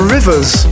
Rivers